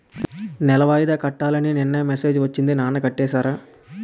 నెల వాయిదా కట్టాలని నిన్ననే మెసేజ్ ఒచ్చింది నాన్న కట్టేసారా?